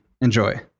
Enjoy